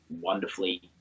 wonderfully